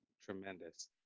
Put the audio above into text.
Tremendous